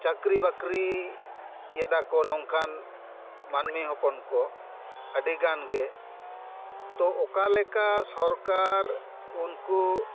ᱪᱟᱠᱨᱤ ᱵᱟᱠᱨᱤ ᱮᱫᱟᱠᱚ ᱱᱚᱝᱠᱟᱱ ᱢᱟᱹᱱᱢᱤ ᱦᱚᱯᱚᱱ ᱠᱚ ᱟᱹᱰᱤ ᱜᱟᱱ ᱜᱮ ᱛᱚ ᱚᱠᱟ ᱞᱮᱠᱟ ᱥᱚᱨᱠᱟᱨ ᱩᱱᱠᱩ